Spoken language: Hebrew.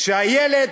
כשאיילת,